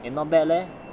and not bad leh